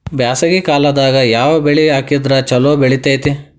ಬ್ಯಾಸಗಿ ಕಾಲದಾಗ ಯಾವ ಬೆಳಿ ಹಾಕಿದ್ರ ಛಲೋ ಬೆಳಿತೇತಿ?